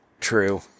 True